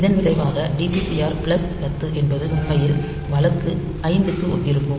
இதன் விளைவாக dptr plus 10 என்பது உண்மையில் வழக்கு 5 க்கு ஒத்திருக்கும்